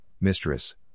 mistress